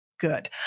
Good